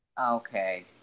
Okay